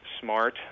smart